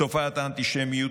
תופעת האנטישמיות,